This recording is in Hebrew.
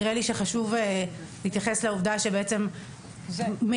נראה לי שחשוב להתייחס לעובדה שבעצם מעידים